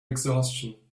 exhaustion